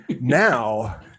Now